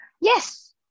yes